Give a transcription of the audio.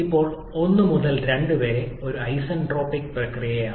ഇപ്പോൾ 1 മുതൽ 2 വരെ ഒരു ഐസന്റ്രോപിക് പ്രക്രിയയാണ്